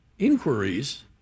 Inquiries